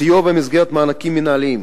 סיוע במסגרת מענקים מינהליים: